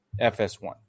FS1